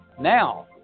Now